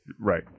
Right